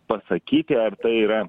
pasakyti ar tai yra